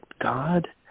God